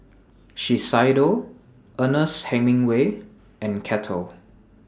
Shiseido Ernest Hemingway and Kettle